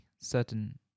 certain